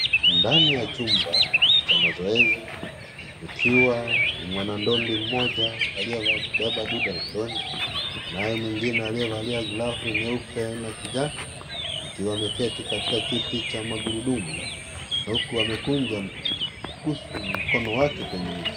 Ndani ya chumba cha mazoezi ikiwa ni mwanandondi mmoja aliyebeba dude la ndondi naye mwingine aliyevalia glavu nyeupe na kijani akiwa ameketi katika kiti cha magurudumu na huku amekunja mkono wake kwenye usu.